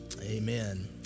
amen